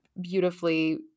beautifully